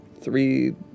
three